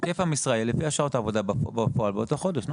היקף המשרה יהיה לפי שעות העבודה בפועל באותו חודש.